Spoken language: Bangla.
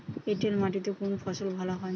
এঁটেল মাটিতে কোন ফসল ভালো হয়?